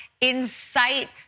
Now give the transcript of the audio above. incite